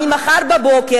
ממחר בבוקר,